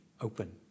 open